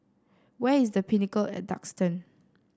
where is The Pinnacle at Duxton